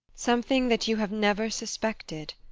something that you have never suspected.